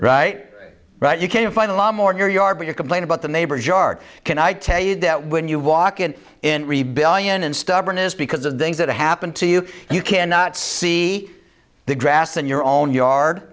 right you can find a lot more in your yard but you complain about the neighbor's yard can i tell you that when you walk it in re billion and stubbornness because of the things that happen to you you cannot see the grass in your own yard